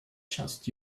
just